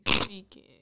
speaking